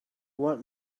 want